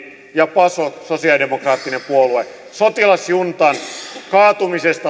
ja pasokista sosialidemokraattisesta puolueesta jotka sotilasjuntan kaatumisesta